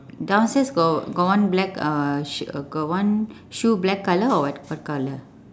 downstairs got got one black uh sh~ got one shoe black colour or what what colour